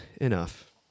enough